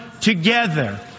together